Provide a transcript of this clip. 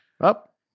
up